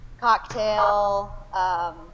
Cocktail